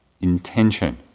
intention